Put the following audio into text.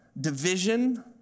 division